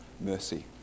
Mercy